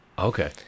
okay